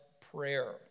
prayer